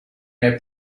their